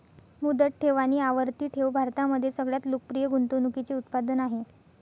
मुदत ठेव आणि आवर्ती ठेव भारतामध्ये सगळ्यात लोकप्रिय गुंतवणूकीचे उत्पादन आहे